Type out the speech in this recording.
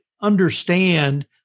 understand